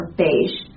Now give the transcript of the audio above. beige